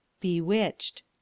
bewitched